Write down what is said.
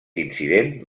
incident